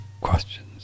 questions